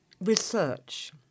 research